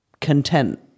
content